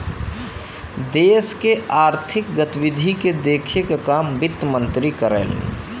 देश के आर्थिक गतिविधि के देखे क काम वित्त मंत्री करलन